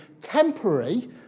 temporary